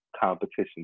competition